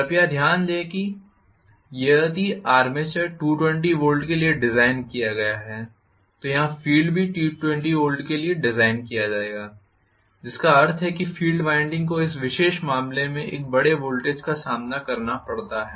कृपया ध्यान दें कि यदि आर्मेचर 220 वोल्ट के लिए डिज़ाइन किया गया है तो यहाँ फील्ड भी 220 वोल्ट के लिए डिज़ाइन किया जाएगा जिसका अर्थ है फ़ील्ड वाइंडिंग को इस विशेष मामले में एक बड़े वोल्टेज का सामना करना पड़ता है